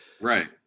Right